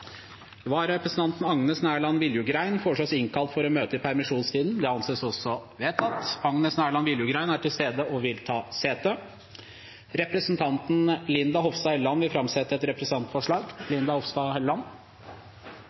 Vararepresentanten, Agnes Nærland Viljugrein , innkalles for å møte i permisjonstiden. Agnes Nærland Viljugrein er til stede og vil ta sete. Representanten Linda Hofstad Helleland vil framsette et representantforslag.